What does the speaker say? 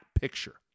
picture